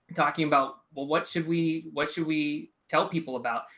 talking about, well, what should we what should we tell people about?